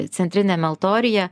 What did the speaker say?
centriniame altoriuje